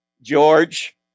George